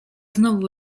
znowu